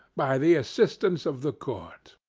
by the assistance of the court!